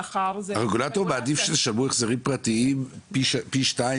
הרגולטור מעדיף שתשלמו החזרים פרטיים פי שתיים.